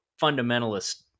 fundamentalist